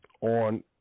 on